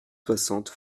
soixante